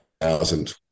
thousand